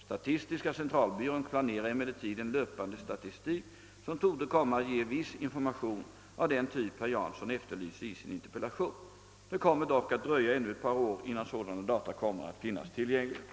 Statistiska centralbyrån planerar emellertid en löpande statistik, som torde komma att ge viss information av den typ herr Jansson efterlyser i sin interpellation. Det kommer dock att dröja ännu ett par år innan sådana data kommer att finnas tillgängliga.